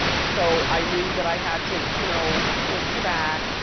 so i knew that i had to you know squint to that.